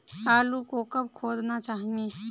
आलू को कब खोदना चाहिए?